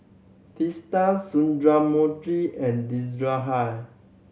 Teesta Sundramoorthy and